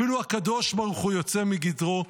אפילו הקדוש ברוך הוא יוצא מגדרו,